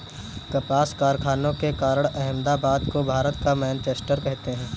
कपास कारखानों के कारण अहमदाबाद को भारत का मैनचेस्टर कहते हैं